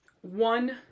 One